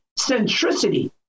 centricity